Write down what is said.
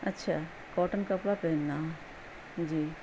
اچھا کاٹن کپڑا پہننا جی